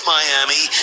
Miami